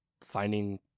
finding